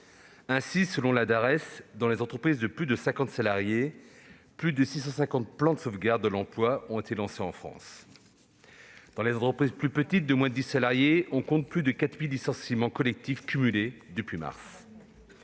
Ainsi, selon la Dares, dans les entreprises de plus de cinquante salariés, plus de 650 plans de sauvegarde de l'emploi ont été lancés en France. Dans les entreprises plus petites, de moins de dix salariés, on compte plus de 4 000 licenciements collectifs cumulés depuis mars.